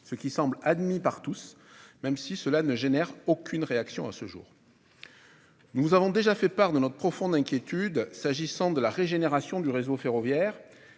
ce qui semble admis par tous. En tout cas, cela ne suscite aucune réaction à ce jour. Nous vous avons déjà fait part de notre profonde inquiétude s'agissant de la régénération du réseau ferroviaire.